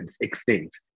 extinct